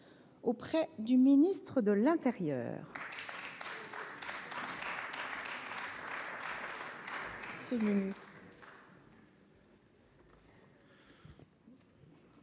auprès du ministre de l’intérieur,